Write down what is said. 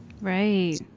Right